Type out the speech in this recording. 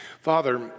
Father